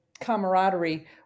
camaraderie